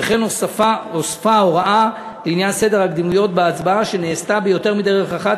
וכן הוספת הוראה לעניין סדר הקדימויות בהצבעה שנעשתה ביותר מדרך אחת,